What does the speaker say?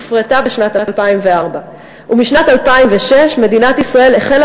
הופרטה בשנת 2004. ומשנת 2006 מדינת ישראל החלה